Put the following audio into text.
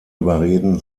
überreden